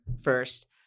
first